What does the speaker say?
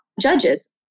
judges